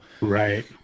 right